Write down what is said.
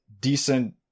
decent